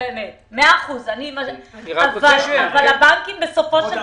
אבל הבנקים בסופו של